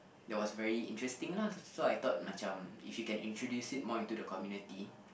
that was very interesting lah so I thought macam if you can introduce it more into the community